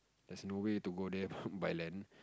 there's no way to go there by land